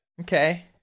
okay